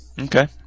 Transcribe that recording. Okay